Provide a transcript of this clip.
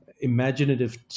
Imaginative